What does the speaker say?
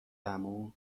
عمو